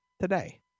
today